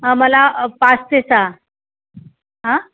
मला पाच ते सहा आं